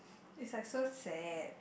it's like so sad